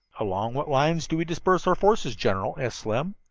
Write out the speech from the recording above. along what lines do we disperse our forces, general? asked slim.